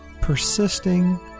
persisting